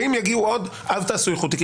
ואם יגיעו עוד אז תעשו איחוד תיקים.